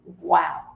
wow